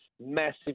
massive